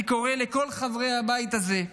אני קורא לכל חברי הבית הזה,